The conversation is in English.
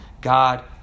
God